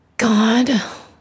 God